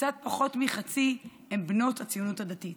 קצת פחות מחצי הן בנות הציונות הדתית,